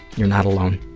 you're not alone,